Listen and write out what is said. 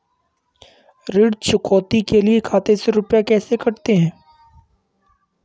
ऋण चुकौती के लिए खाते से रुपये कैसे कटते हैं?